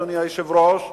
אדוני היושב-ראש,